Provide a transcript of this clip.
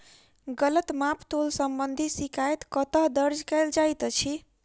गलत माप तोल संबंधी शिकायत कतह दर्ज कैल जाइत अछि?